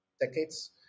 decades